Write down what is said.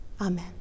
amen